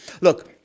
Look